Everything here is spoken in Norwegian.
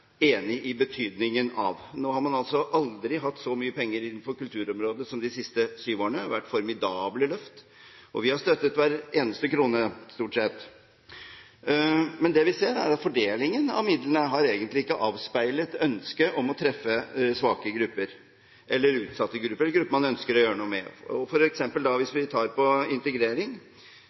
i betydningen av. Nå har man altså aldri hatt så mye penger innenfor kulturområdet som de siste syv årene. Det har vært formidable løft, og vi har støttet hver eneste krone, stort sett. Men det vi ser, er at fordelingen av midlene egentlig ikke har avspeilet ønsket om å treffe svake grupper – eller utsatte grupper – grupper som man ønsker å gjøre noe for. For eksempel hvis vi tar